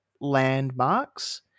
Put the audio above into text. landmarks